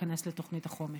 ייכנס לתוכנית החומש.